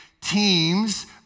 teams